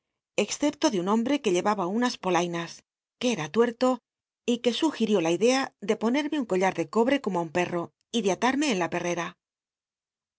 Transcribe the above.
excepto tlo un hombre tuc llova ba unas polainas que cm tuerto y ue sugir'ió la idea de ponerme un colla de cobrc como ti un perro y de alarme en la perrcra